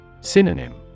Synonym